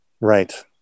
Right